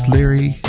Larry